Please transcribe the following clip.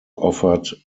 offered